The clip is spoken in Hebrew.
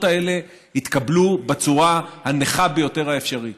האלה יתקבלו בצורה הנכה ביותר האפשרית.